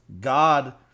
God